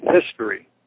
history